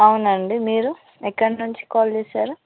అవునండి మీరు ఎక్కడ నుంచి కాల్ చేసారు